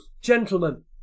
Gentlemen